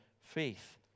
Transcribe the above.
faith